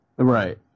Right